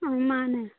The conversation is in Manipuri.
ꯎꯝ ꯃꯥꯅꯦ